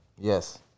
Yes